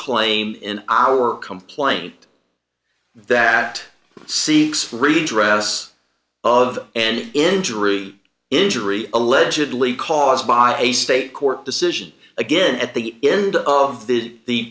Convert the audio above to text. claim in our complaint that seeks free dress of an injury injury allegedly caused by a state court decision again at the end of the